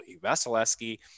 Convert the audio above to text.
Vasilevsky